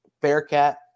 Bearcat